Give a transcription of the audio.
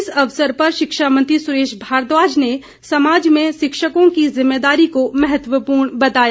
इस अवसर पर शिक्षा मंत्री सुरेश भारद्वाज ने समाज में शिक्षकों की ज़िम्मेदारी को महत्वपूर्ण बताया